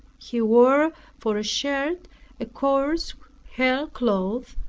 he wore for a shirt a coarse hair cloth,